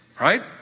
Right